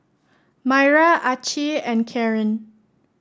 Myra Acy and Carin